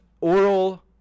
Oral